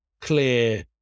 clear